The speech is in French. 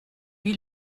lui